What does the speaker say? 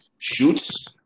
shoots